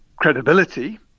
Credibility